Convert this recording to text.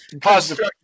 Positive